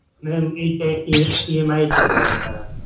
میں E M I S کا کرانا چاہ رہا تھا